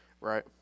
Right